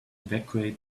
evacuate